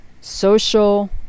Social